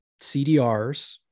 CDRs